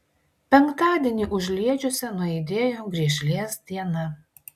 penktadienį užliedžiuose nuaidėjo griežlės diena